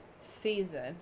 season